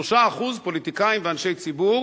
3% פוליטיקאים ואנשי ציבור